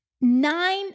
Nine